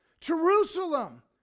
Jerusalem